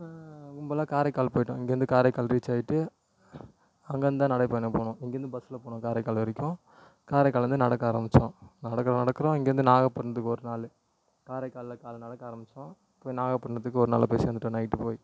கும்பலாக காரைக்கால் போயிட்டோம் இங்கேருந்து காரைக்கால் ரீச் ஆகிட்டு அங்கேருந்து தான் நடைப்பயணம் போனோம் இங்கேருந்து பஸ்ஸில் போனோம் காரைக்கால் வரைக்கும் காரைக்கால்லேர்ந்து நடக்க ஆரமிச்சோம் நடக்கிறோம் நடக்கிறோம் இங்கேருந்து நாகப்பட்டினத்துக்கு ஒரு நாள் காரைக்காலில் காலை நடக்க ஆரமிச்சோம் போய் நாகப்பட்டினத்துக்கு ஒரு நாளில் போய் சேர்ந்துட்டோம் நைட்டு போய்